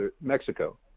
Mexico